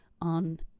on